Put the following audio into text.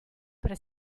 pre